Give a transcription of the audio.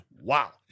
Wow